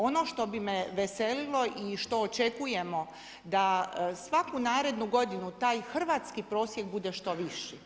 Ono što bi me veselilo i što očekujemo da svaku narednu godinu taj hrvatski prosjek bude što viši.